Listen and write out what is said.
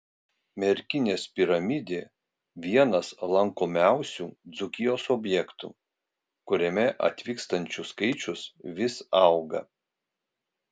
merkinės piramidė vienas lankomiausių dzūkijos objektų kuriame atvykstančių skaičius vis auga